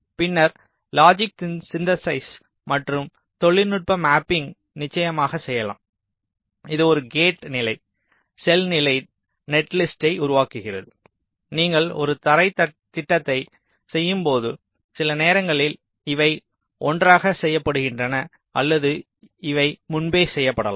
பின்னர் logic synthesis மற்றும் தொழில்நுட்ப மேப்பிங் நிச்சயமாக செய்யலாம் இது ஒரு கேட் நிலை செல் நிலை நெட்லிஸ்ட்டை உருவாக்குகிறது நீங்கள் ஒரு தரைத் திட்டத்தைச் செய்யும்போது சில நேரங்களில் இவை ஒன்றாகச் செய்யப்படுகின்றன அல்லது இவை முன்பே செய்யப்படலாம்